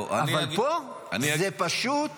אבל פה זה פשוט